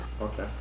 Okay